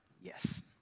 Yes